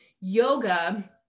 yoga